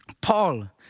Paul